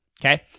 Okay